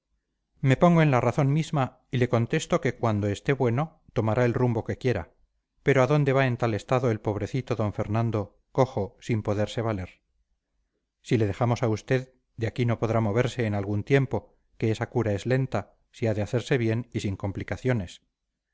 me pongo en la razón misma y le contesto que cuando esté bueno tomará el rumbo que quiera pero a dónde va en tal estado el pobrecito d fernando cojo sin poderse valer si le dejamos a usted de aquí no podrá moverse en algún tiempo que esa cura es lenta si ha de hacerse bien y sin complicaciones